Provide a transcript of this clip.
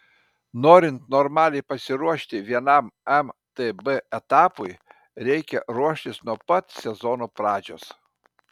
norint normaliai pasiruošti vienam mtb etapui reikia ruoštis nuo pat sezono pradžios